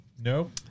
no